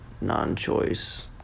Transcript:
non-choice